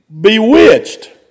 Bewitched